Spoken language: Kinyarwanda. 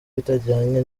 bitajyanye